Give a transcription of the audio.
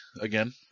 again